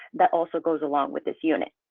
that also goes along with this unit.